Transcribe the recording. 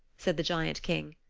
said the giant king.